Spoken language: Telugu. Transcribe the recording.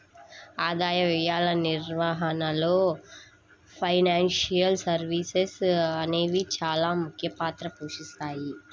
ఆదాయ వ్యయాల నిర్వహణలో ఫైనాన్షియల్ సర్వీసెస్ అనేవి చానా ముఖ్య పాత్ర పోషిత్తాయి